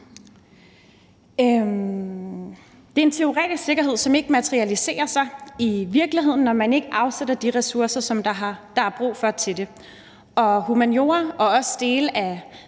Det er en teoretisk sikkerhed, som ikke materialiserer sig i virkeligheden, når man ikke afsætter de ressourcer, som der er brug for til det. Humaniora og også dele af